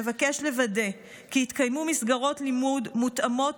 נבקש לוודא כי יתקיימו מסגרות לימוד מותאמות